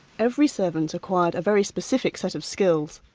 every servant acquired a very specific set of skills,